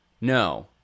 No